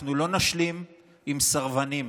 אנחנו לא נשלים עם סרבנים,